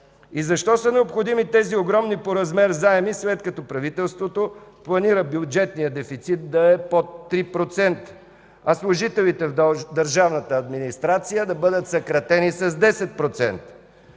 И защо са необходими тези огромни по размер заеми, след като правителството планира бюджетният дефицит да е лен под 3%, а служителите в държавната администрация да бъдат съкратени с 10